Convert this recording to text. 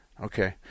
Okay